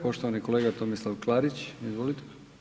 Poštovani kolega Tomislav Klarić, izvolite.